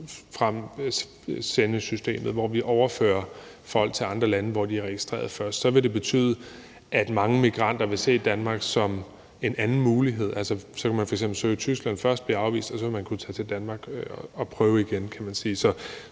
Dublinforordningen, hvormed vi sender folk til andre lande, hvor de er registreret først, så vil det betyde, at mange migranter vil se Danmark som en anden mulighed. Så ville man f.eks. først kunne søge i Tyskland, blive afvist, og så ville man kunne tage til Danmark og prøve igen, kan man sige.